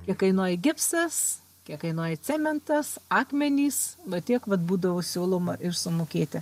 kiek kainuoja gipsas kiek kainuoja cementas akmenys va tiek vat būdavo siūloma ir sumokėti